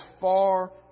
far